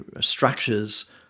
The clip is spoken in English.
structures